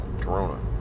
corona